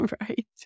right